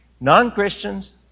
Non-Christians